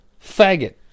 faggot